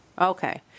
Okay